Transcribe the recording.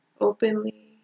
openly